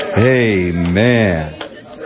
Amen